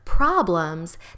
problems